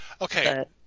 Okay